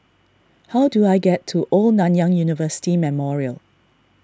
how do I get to Old Nanyang University Memorial